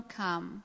come